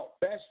best